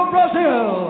Brazil